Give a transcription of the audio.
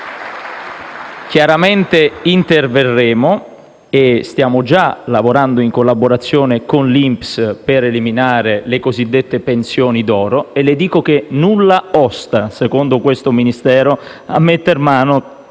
chiaramente interverremo. Stiamo già lavorando, in collaborazione con l'INPS, per eliminare le cosiddette pensioni d'oro e le dico che nulla osta, secondo questo Ministero, a metter mano